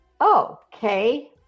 okay